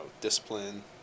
discipline